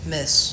Miss